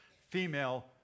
female